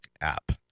app